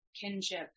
kinship